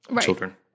children